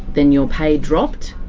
then your pay dropped?